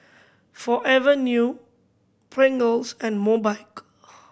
Forever New Pringles and Mobike